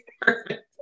perfect